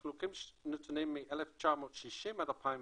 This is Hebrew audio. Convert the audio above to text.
אנחנו לוקחים נתונים מ-1960 עד 2020